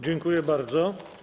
Dziękuję bardzo.